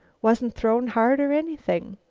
wasn't thrown hard or anything.